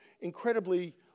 incredibly